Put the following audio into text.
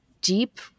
deep